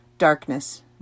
darkness